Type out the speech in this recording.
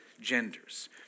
genders